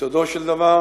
ביסודו של דבר,